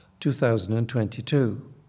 2022